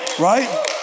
Right